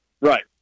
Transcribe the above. Right